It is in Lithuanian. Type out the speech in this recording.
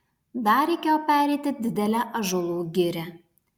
dar reikėjo pereiti didelę ąžuolų girią